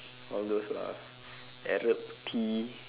all those lah Arab tea